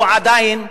הוא עדיין מהסס.